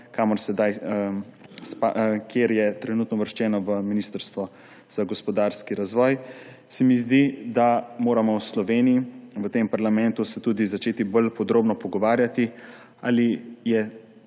kar je trenutno uvrščeno v ministrstvo za gospodarski razvoj. Zdi se mi, da se moramo v Sloveniji, v tem parlamentu začeti tudi bolj podrobno pogovarjati, ali je